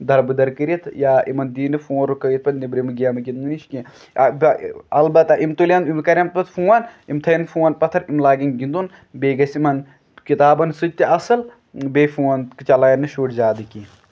دربٕدر کٔرِتھ یا یِمن دی نہٕ فون رُکٲیِتھ پتہٕ نیبرِم گیمہٕ گِندنہٕ نِش کیٚنہہ اَلبتہ یِم تُلَن یِم کرَن پَتہٕ فون یِم تھٲوٕنۍ فون پَتھر یِم لاگَن گِندُن بیٚیہِ گژھِ یِمن کِتابَن سۭتۍ تہِ اَصٕل بیٚیہِ فون چلاوَن نہٕ شُرۍ زیادٕ کیٚنٛہہ